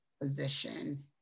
position